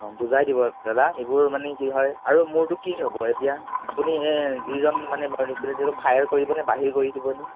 অঁ বুজাই দিব দাদা এইবোৰ মানে কি হয় আৰু মোৰতো কি হ'ব এতিয়া আপুনি যিজন মানে ফায়াৰ কৰিবনে বাহিৰ কৰি দিবনে